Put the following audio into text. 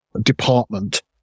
department